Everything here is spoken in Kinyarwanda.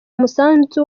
umusanzu